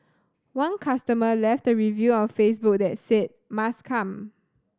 one customer left a review on Facebook that said 'must come'